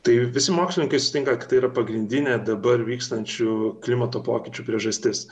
tai visi mokslininkai sutinka kad tai yra pagrindinė dabar vykstančių klimato pokyčių priežastis